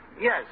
Yes